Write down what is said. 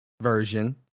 version